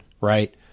right